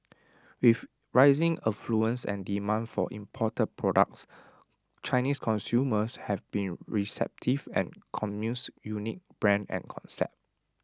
with rising affluence and demand for imported products Chinese consumers have been receptive to Commune's unique brand and concept